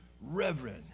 reverend